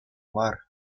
мар